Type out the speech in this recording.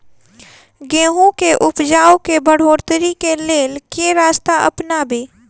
गेंहूँ केँ उपजाउ केँ बढ़ोतरी केँ लेल केँ रास्ता अपनाबी?